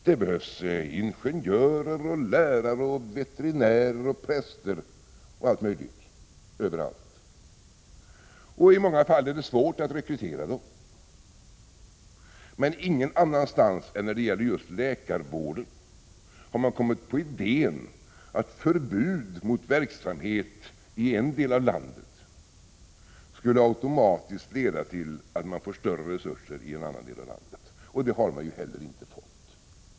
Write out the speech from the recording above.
Det behövs ingenjörer, lärare, veterinärer, präster och alla möjliga andra överallt i landet, och i många fall är det svårt att rekrytera sådana personer. Men ingen annanstans än när det gäller just läkarna har man kommit på idén att förbud mot verksamhet i en viss del av landet automatiskt skulle leda till att man får större resurser i en annan del av landet — men det har man inte heller fått.